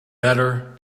better